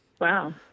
Wow